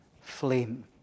flame